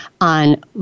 on